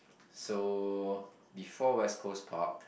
so before West-Coast-Park